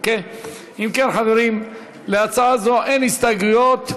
אם כן, חברים, להצעה זו אין הסתייגויות.